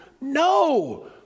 No